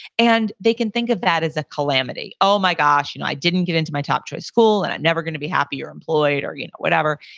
and they can think of that as a calamity. oh, my gosh, you know i didn't get into my top choice school and i'm never going to be happy or employed or you know whatever.